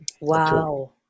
Wow